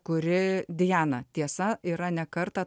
kuri diana tiesa yra ne kartą